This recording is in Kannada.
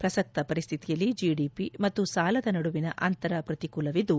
ಪ್ರಸಕ್ತ ಪರಿಸ್ತಿತಿಯಲ್ಲಿ ಜಿಡಿಪಿ ಮತ್ತು ಸಾಲದ ನಡುವಿನ ಅಂತರ ಪ್ರತಿಕೂಲವಾಗಿದ್ದು